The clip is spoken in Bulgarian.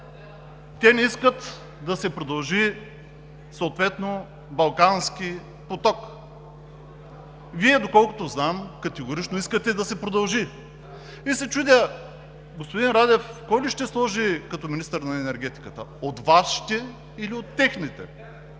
те не искат да се продължи съответно Балкански поток. Вие, доколкото знам, категорично искате да се продължи. И се чудя господин Радев кого ли ще сложи като министър на енергетиката? (Реплики от „БСП